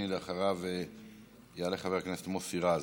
אחריו יעלה חבר הכנסת מוסי רז.